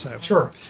Sure